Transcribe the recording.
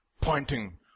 pointing